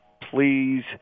please